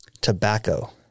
Tobacco